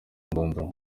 ndunduro